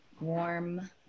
warm